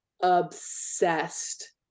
obsessed